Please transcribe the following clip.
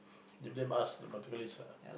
they blame us particularly